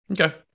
Okay